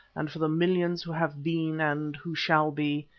and for the millions who have been and who shall be,